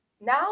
Now